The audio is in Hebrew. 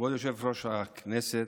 כבוד יושב-ראש הישיבה,